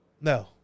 no